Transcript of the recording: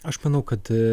aš manau kad